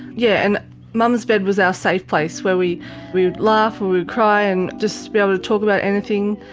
yeah and mum's bed was our safe place where we we would laugh and we would cry and just be able to talk about anything.